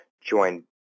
join